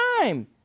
time